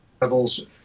levels